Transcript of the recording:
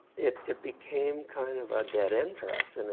it it became kind of a dead end for us. and